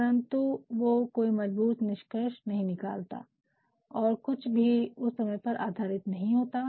परन्तु वो कोई मजबूत निष्कर्ष नहीं निकलता है और कुछ भी उस पर आधारित नहीं होता है